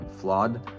flawed